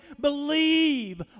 Believe